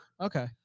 Okay